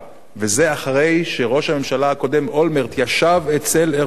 וזה אחרי שראש הממשלה הקודם אולמרט ישב אצל ארדואן